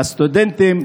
לסטודנטים,